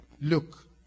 Look